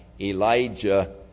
Elijah